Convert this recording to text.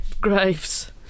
graves